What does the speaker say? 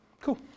cool